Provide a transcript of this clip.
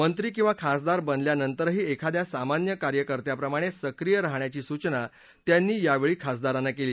मंत्री किवा खासदार बनल्यानंतरही एखाद्या सामान्य कार्यकर्त्याप्रमाणे सक्रिय राहण्याची सूचना त्यांनी यावेळी खासदारांना केली